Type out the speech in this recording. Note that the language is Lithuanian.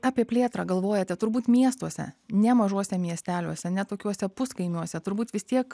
apie plėtrą galvojate turbūt miestuose ne mažuose miesteliuose ne tokiuose puskaimiuose turbūt vis tiek